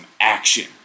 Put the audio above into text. action